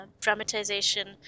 dramatization